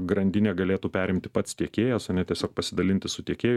grandinę galėtų perimti pats tiekėjas o ne tiesiog pasidalinti su tiekėju